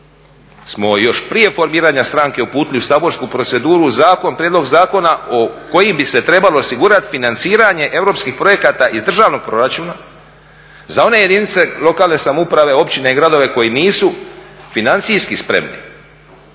smo još prije formiranja stranke uputili u saborsku proceduru zakon, prijedlog zakona kojim bi se trebalo osigurati financiranje europskih projekata iz državnog proračuna za one jedinice lokalne samouprave, općine i gradove koji nisu financijski spremi